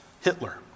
Hitler